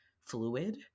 fluid